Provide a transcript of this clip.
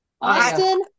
Austin